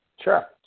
sure